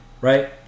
right